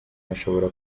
hashobora